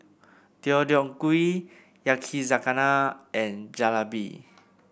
Deodeok Gui Yakizakana and Jalebi